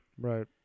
Right